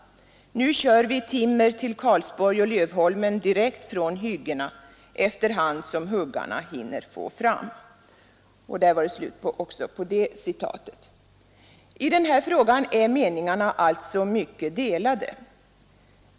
Nu kör vi timmer till Karlsborg och Lövholmen direkt från hyggena efter hand som huggarna hinner få fram.” I den här frågan är meningarna alltså mycket delade.